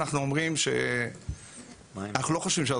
אנחנו אומרים שאנחנו לא חושבים שאנחנו